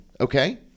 okay